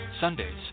Sundays